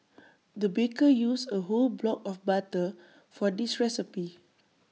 the baker used A whole block of butter for this recipe